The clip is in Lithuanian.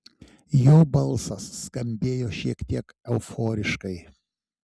jo balsas skambėjo šiek tiek euforiškai